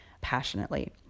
passionately